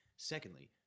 Secondly